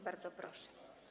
Bardzo proszę.